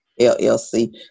LLC